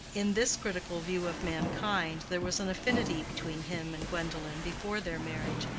in this critical view of mankind there was an affinity between him and gwendolen before their marriage,